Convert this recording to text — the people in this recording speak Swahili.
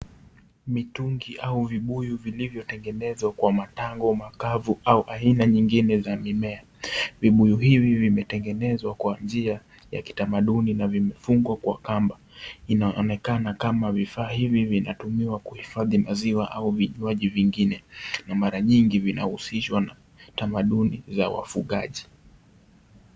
Mitungi au vibuyu vilivyo tengenezwa kwa matango makavu au aina nyingine ya mimea. Vibuyu hivi vimetengenezwa kwa njia ya kitamaduni na vimefungwa kwa kamba. Vinaonekana kama vifaa hivi vinatumiwa kuhifadhi maziwa au vinywaji vingine. Mara nyingi vinahusishwa na tamaduni za wafugaji.